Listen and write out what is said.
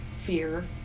fear